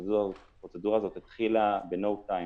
והפרוצדורה הזאת התחילה ב-no time.